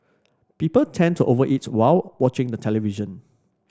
people tend to over eat while watching the television